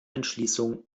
entschließung